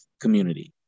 community